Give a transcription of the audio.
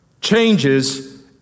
changes